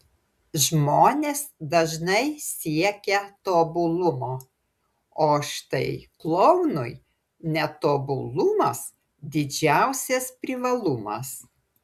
žmonės dažnai siekia tobulumo o štai klounui netobulumas didžiausias privalumas